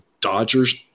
Dodgers